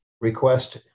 request